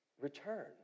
Return